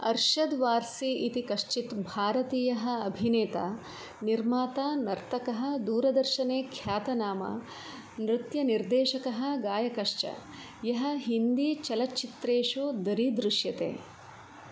अर्शद् वार्सि इति कश्चित् भारतीयः अभिनेता निर्माता नर्तकः दूरदर्शने ख्यातनाम नृत्यनिदेशकः गायकश्च यः हिन्दी चलच्चित्रेषु दरीदृश्यते